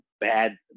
bad